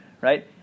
right